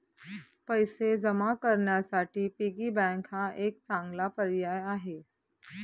पैसे जमा करण्यासाठी पिगी बँक हा एक चांगला पर्याय आहे